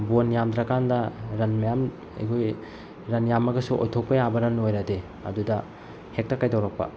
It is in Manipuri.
ꯕꯣꯜ ꯌꯥꯝꯗ꯭ꯔꯀꯥꯟꯗ ꯔꯟ ꯃꯌꯥꯝ ꯑꯩꯈꯣꯏꯒꯤ ꯔꯟ ꯌꯥꯝꯃꯒꯁꯨ ꯑꯣꯏꯊꯣꯛꯄ ꯌꯥꯕ ꯔꯟ ꯑꯣꯏꯔꯗꯤ ꯑꯗꯨꯗ ꯍꯦꯛꯇ ꯀꯩꯗꯧꯔꯛꯄ